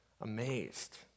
amazed